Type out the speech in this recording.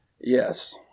Yes